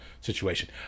situation